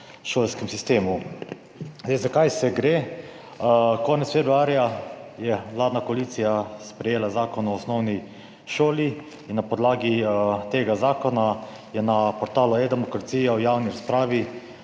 šolskem sistemu. Za kaj gre? Konec februarja je vladna koalicija sprejela Zakon o osnovni šoli in na podlagi tega zakona je na portalu eDemokracija v javni razpravi